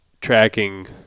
tracking